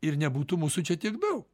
ir nebūtų mūsų čia tiek daug